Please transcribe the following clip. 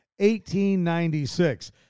1896